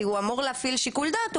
כי הוא אמור להפעיל שיקול דעת,